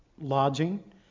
lodging